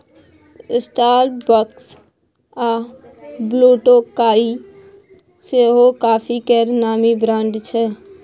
Starbucks आ ब्लुटोकाइ सेहो coffee केर नामी ब्रांड छै